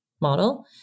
model